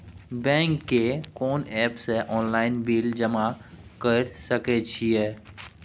Bank के कोन app से ऑनलाइन बिल जमा कर सके छिए?